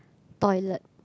toilet